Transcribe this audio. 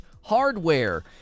hardware